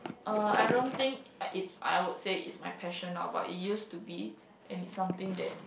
uh I don't think I it's I would say it's my passion lor but it used to be and it's something that